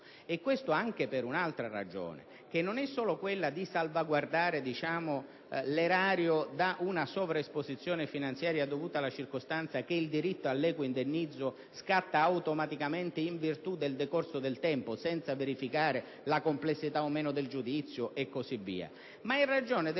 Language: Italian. Questo anche per un'altra ragione, che non è solo quella di salvaguardare l'erario da una sovraesposizione finanziaria dovuta alla circostanza che il diritto all'equo indennizzo scatta automaticamente in virtù del decorso del tempo, senza verificare la complessità o meno del giudizio, ma in